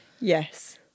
Yes